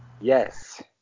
yes